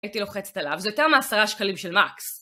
הייתי לוחצת עליו, זה יותר מעשרה שקלים של מקס